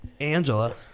Angela